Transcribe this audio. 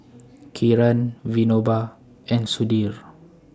Kiran Vinoba and Sudhir